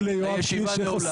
הישיבה נעולה.